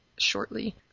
shortly